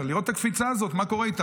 לראות את הקפיצה הזאת ומה קורה איתה,